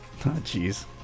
jeez